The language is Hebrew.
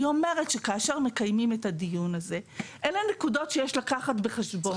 אני רק אומרת שכאשר מקיימים את הדיון הזה אלו הנקודות שיש לקחת בחשבון,